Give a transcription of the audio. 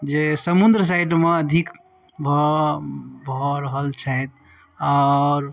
जे समुन्द्र साइडमे अधिक भऽ भऽ रहल छथि आओर